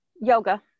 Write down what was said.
yoga